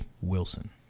Wilson